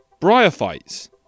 Bryophytes